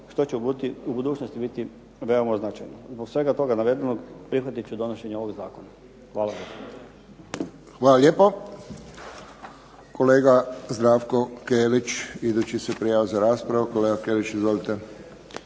što će u budućnosti biti veoma značajno. Zbog svega toga navedenog prihvatit ću donošenje ovog zakona. Hvala. **Friščić, Josip (HSS)** Hvala lijepo. Kolega Zdravko Kelić. Idući se prijavio za raspravu kolega Kelić. Izvolite.